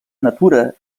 natura